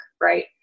Right